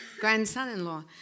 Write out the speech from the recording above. grandson-in-law